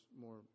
more